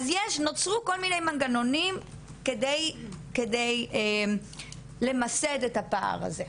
נוצרו כל מיני מנגנונים כדי למסד את הפער הזה.